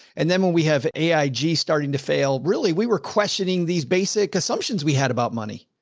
and then when we have aig starting to fail, really, we were questioning these basic assumptions we had about money.